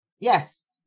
Yes